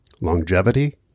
longevity